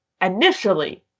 initially